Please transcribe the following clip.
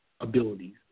abilities